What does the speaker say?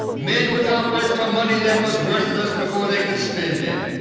men would not work for money that was worthless before they could spend it.